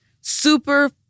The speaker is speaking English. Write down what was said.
super